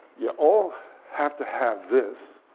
you all have to have this,